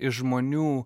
iš žmonių